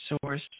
source